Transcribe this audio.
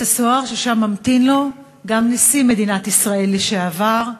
בבית-הסוהר שם ממתין לו גם נשיא מדינת ישראל לשעבר,